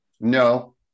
No